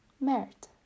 mert